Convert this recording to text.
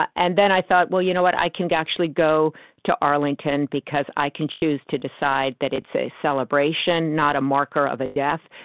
and then i thought, well, you know what? i can actually go to arlington, because i can choose to decide that it's a celebration not a marker of a death,